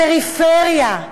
הפריפריה,